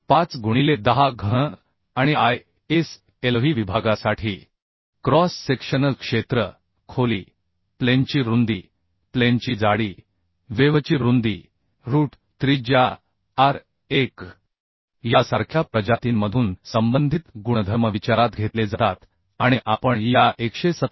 5 गुणिले 10 घन आणि या ISLV विभागासाठी क्रॉस सेक्शनल क्षेत्र खोली प्लेनची रुंदी प्लेनची जाडी वेव्हची रुंदी रूट त्रिज्या r1यासारख्या प्रजातींमधून संबंधित गुणधर्म विचारात घेतले जातात आणि आपण या 117